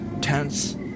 tense